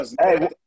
Hey